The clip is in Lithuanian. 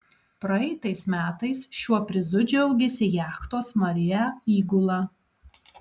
praeitais metais šiuo prizu džiaugėsi jachtos maria įgula